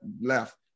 left